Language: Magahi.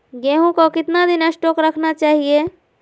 गेंहू को कितना दिन स्टोक रखना चाइए?